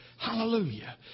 Hallelujah